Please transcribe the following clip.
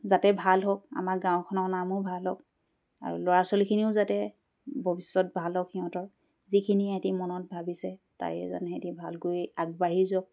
যাতে ভাল হওক আমাৰ গাঁওখনৰ নামো ভাল হওক আৰু ল'ৰা ছোৱালীখিনিও যাতে ভৱিষ্যত ভাল হওক সিহঁতৰ যিখিনি সিহঁতি মনত ভাবিছে তাৰে যেন সিহঁতি ভালকৈ আগবাঢ়ি যাওক